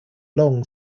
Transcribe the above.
long